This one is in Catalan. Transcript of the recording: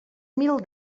mil